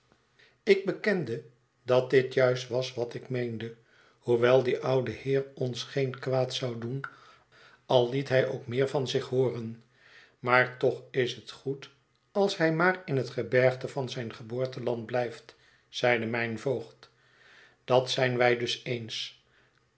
ik bekende dat dit juist was wat ik meende hoewel die oude heer ons geen kwaad zou doen al liet hij ook meer van zich hooren maar toch is het goed als hij maar in het gebergte van zijn geboorteland blijft zeide mijn voogd dat zijn wij dus eens